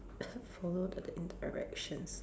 followed the in directions